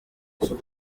nagera